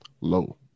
Low